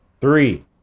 three